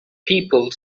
people